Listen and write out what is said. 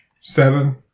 Seven